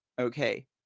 okay